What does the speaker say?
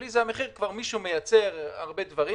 זה המחיר מישהו מייצר הרבה דברים,